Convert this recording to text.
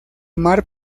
mar